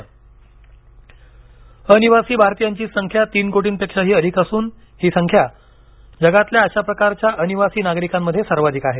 राष्ट्रपती प्रवासी भारतीय दिवस अनिवासी भारतीयांची संख्या तीन कोटींपेक्षाही अधिक असून ही संख्या जगातल्या अशा प्रकारच्या अनिवासी नागरिकांमध्ये सर्वाधिक आहे